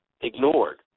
ignored